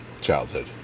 childhood